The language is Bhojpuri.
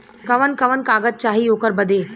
कवन कवन कागज चाही ओकर बदे?